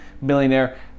millionaire